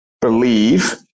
believe